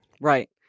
right